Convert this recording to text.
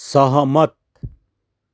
सहमत